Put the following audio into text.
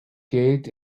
geld